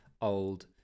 old